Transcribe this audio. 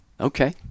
Okay